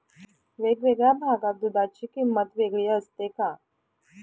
वेगवेगळ्या भागात दूधाची किंमत वेगळी असते का?